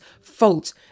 fault